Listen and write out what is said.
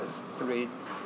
streets